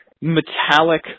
metallic